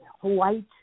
white